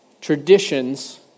traditions